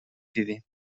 دیدیم